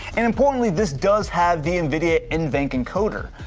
and importantly, this does have the nvidia nvenc encoder.